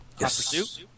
Yes